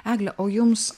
egle o jums